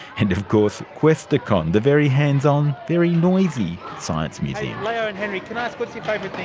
and of course questacon, the very hands-on, very noisy science museum. leo and henry, can i ask what's your favourite